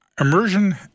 Immersion